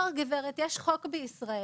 לא גברת, יש חוק בישראל.